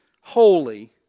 holy